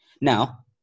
Now